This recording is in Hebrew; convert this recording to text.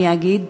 אני אגיד,